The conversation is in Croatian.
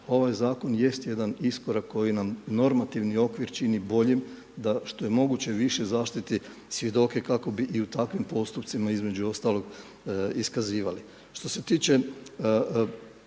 Ovaj zakon jest jedan iskorak koji nam normativni okvir čini bolji da što je moguće više zaštiti svjedoke kako bi i u takvim postupcima između ostalog iskazivali.